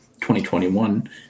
2021